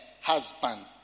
husband